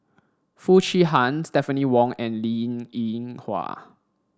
Foo Chee Han Stephanie Wong and Linn In Hua